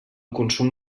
consum